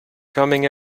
coming